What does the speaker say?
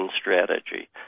strategy